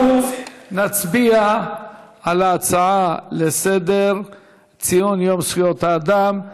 אנחנו נצביע על ההצעה לסדר-היום: ציון יום זכויות האדם.